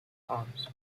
arms